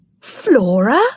Flora